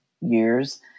years